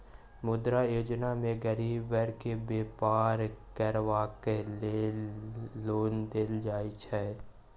मुद्रा योजना मे गरीब बर्ग केँ बेपार करबाक लेल लोन देल जाइ छै